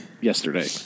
yesterday